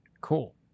Cool